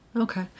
okay